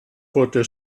wurde